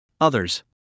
Others